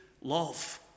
love